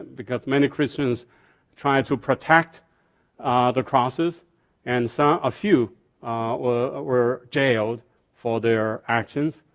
because many christians tried to protect the crosses and so a few were were jailed for their actions.